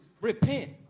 repent